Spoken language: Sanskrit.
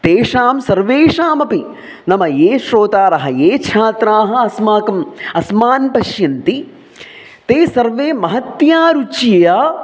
तेषां सर्वेषामपि नाम ये श्रोतारः ये छात्राः अस्माकम् अस्मान् पश्यन्ति ते सर्वे महत्या रुच्या